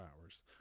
hours